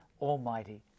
Almighty